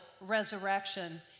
resurrection